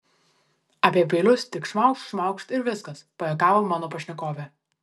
apie peilius tik šmaukšt šmaukšt ir viskas pajuokavo mano pašnekovė